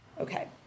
Okay